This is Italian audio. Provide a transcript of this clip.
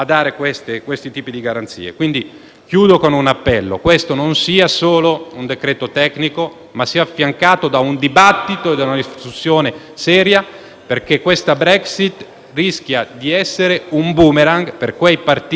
Concludo con un appello: questo non sia solo un provvedimento tecnico, ma sia affiancato da un dibattito e da una discussione seria perché la Brexit rischia di essere un *boomerang* per quei partiti e soggetti populisti